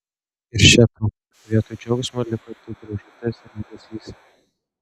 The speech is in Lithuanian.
ir še tau vietoj džiaugsmo liko tik graužatis ir liūdesys